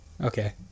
Okay